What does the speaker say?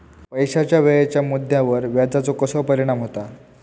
पैशाच्या वेळेच्या मुद्द्यावर व्याजाचो कसो परिणाम होता